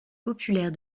populaire